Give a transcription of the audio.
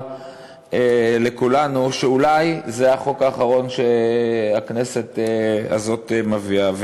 לכולנו שאולי זה החוק האחרון שהכנסת הזאת מביאה.